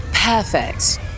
Perfect